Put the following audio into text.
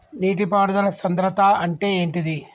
నీటి పారుదల సంద్రతా అంటే ఏంటిది?